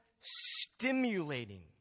stimulating